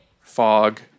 fog